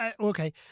okay